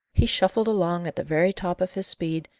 he shuffled along at the very top of his speed,